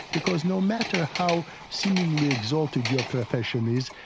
because no matter how seemingly exalted your profession is,